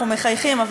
אנחנו מחייכים,